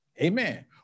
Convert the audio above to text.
Amen